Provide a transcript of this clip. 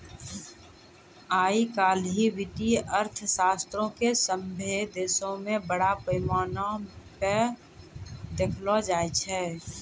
आइ काल्हि वित्तीय अर्थशास्त्रो के सभ्भे देशो मे बड़ा पैमाना पे देखलो जाय छै